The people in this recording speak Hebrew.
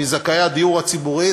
מזכאי הדיור הציבורי,